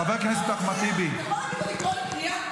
חבר הכנסת אחמד טיבי -- אתה יכול להגיד לו לקרוא לי קריאה?